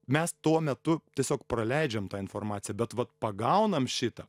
mes tuo metu tiesiog praleidžiam tą informaciją bet vat pagaunam šitą